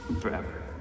forever